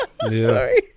sorry